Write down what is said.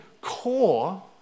core